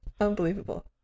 Unbelievable